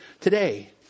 today